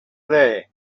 there